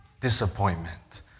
disappointment